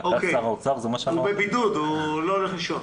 הוא בבידוד, הוא לא הולך לישון.